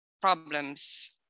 problems